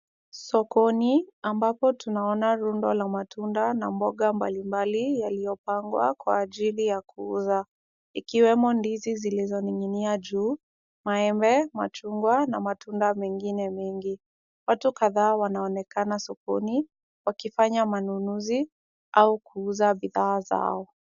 Sokoni, ambapo tunaona rundo la matunda na mboga mbalimbali yaliyopangwa, kwa ajili ya kuuza, ikiwemo ndizi zilizo ning'inia juu, maembe, machungwa na matunda mengine mengi. Watu kadhaa wanaonekana sokoni, wakifanya manunuzi, au kuuza bidhaa zao.